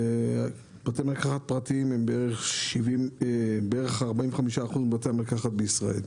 בתי המרקחת הפרטיים הם כ-45% מבתי המרקחת בישראל.